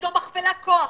זו מכפלת כוח.